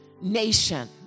nation